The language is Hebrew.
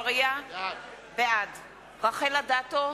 בעד רחל אדטו,